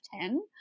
ten